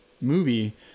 movie